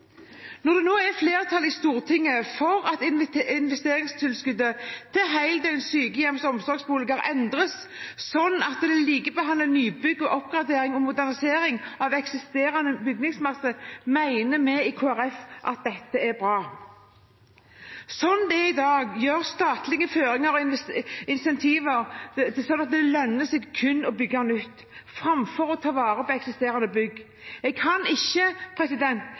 Når det nå er flertall i Stortinget for at investeringstilskuddet til heldøgns sykehjem og omsorgsboliger endres slik at man likebehandler nybygg og oppgradering og modernisering av eksisterende bygningsmasse, mener vi i Kristelig Folkeparti at dette er bra. Slik det er i dag, gjør statlige føringer og incentiver at det lønner seg å bygge nytt framfor å ta vare på eksisterende bygg. Jeg kan ikke